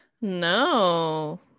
No